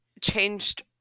changed